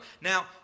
Now